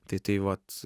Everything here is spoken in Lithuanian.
tai tai vat